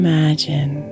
Imagine